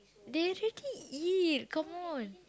they already eat come on